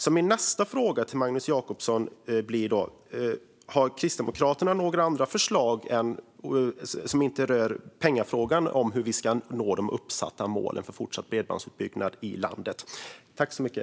Min nästa fråga till Magnus Jacobsson är därför om Kristdemokraterna har några andra förslag, som inte rör pengafrågan, på hur vi ska nå de uppsatta målen för fortsatt bredbandsutbyggnad i landet.